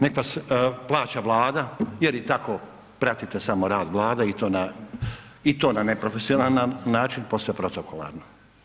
Nek vas plaća Vlada jer i tako pratite samo rad Vlade i to na neprofesionalan nam način, posve protokolarno.